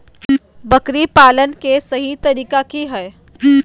बकरी पालन के सही तरीका की हय?